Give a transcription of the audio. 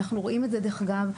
דרך אגב,